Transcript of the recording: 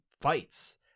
fights